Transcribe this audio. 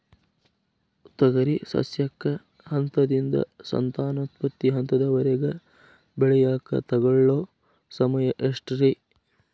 ತೊಗರಿ ಸಸ್ಯಕ ಹಂತದಿಂದ, ಸಂತಾನೋತ್ಪತ್ತಿ ಹಂತದವರೆಗ ಬೆಳೆಯಾಕ ತಗೊಳ್ಳೋ ಸಮಯ ಎಷ್ಟರೇ?